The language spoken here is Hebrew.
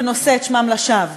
ונושא את שמם לשווא.